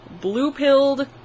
blue-pilled